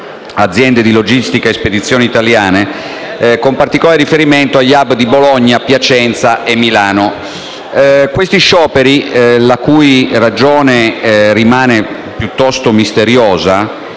aziende di logistica e spedizione italiane, con particolare riferimento agli *hub* di Bologna, Piacenza e Milano. Questi scioperi - la cui ragione rimane misteriosa